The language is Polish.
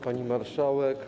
Pani Marszałek!